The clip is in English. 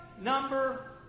number